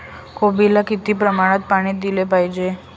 कोबीला किती प्रमाणात पाणी दिले पाहिजे?